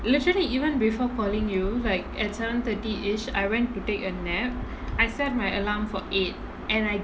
literally even before calling you like at seven thirty-ish I went to take a nap I set my alarm for eight and I